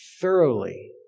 thoroughly